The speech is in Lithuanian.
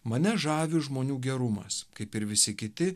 mane žavi žmonių gerumas kaip ir visi kiti